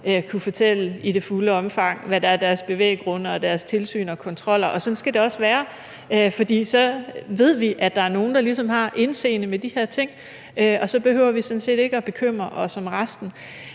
kunne fortælle i det fulde omfang, hvad der er deres bevæggrunde og deres tilsyn og deres kontroller, og sådan skal det også være, for så ved vi, at der er nogen, der ligesom har indseende med de her ting, og så behøver vi sådan set ikke at bekymre os om resten.